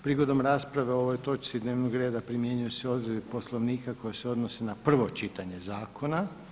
Prigodom rasprave o ovoj točci dnevnog reda primjenjuju se odredbe Poslovnika koje se odnose na prvo čitanje zakona.